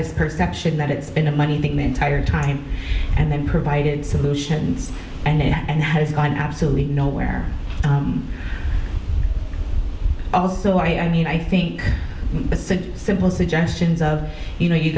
this perception that it's been a money thing the entire time and then provided solutions and has gone absolutely nowhere also i mean i think it's simple suggestions of you know